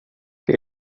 det